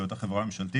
באותה חברה ממשלתית,